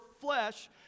flesh